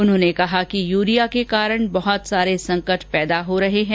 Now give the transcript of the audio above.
उन्होंने कहा कि यूरिया के कारण बहुत सारे संकट पैदा हो रहे है